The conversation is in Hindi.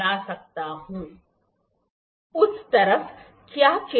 यह हमेशा ऊंचाई गेज के साथ किया जा सकता है